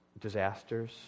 disasters